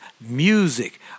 music